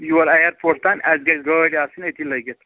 یور airport تانۍ اَسہِ گژھِ گٲڑۍ آسٕنۍ اَتی لٔگِتھ